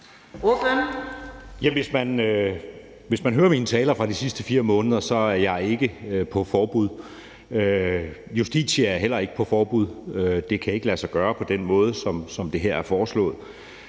Hvis man hører mine taler fra de sidste 4 måneder, er jeg ikke på forbud. Justitia er heller ikke på forbud. Det kan ikke lade sig gøre på den måde, som det her er foreslået.